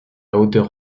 odeur